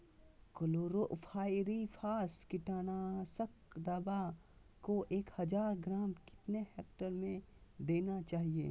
Chlorpyrifos कीटनाशक दवा को एक हज़ार ग्राम कितना हेक्टेयर में देना चाहिए?